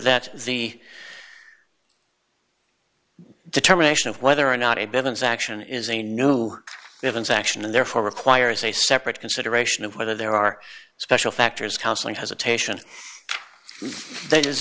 that the determination of whether or not a begins action is a new haven's action and therefore requires a separate consideration of whether there are special factors counseling hesitation that is